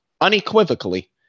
unequivocally